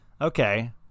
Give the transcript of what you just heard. Okay